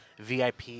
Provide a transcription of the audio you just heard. VIP